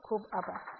ખુબ ખુબ આભાર